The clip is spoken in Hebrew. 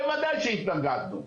בוודאי שהתנגדנו,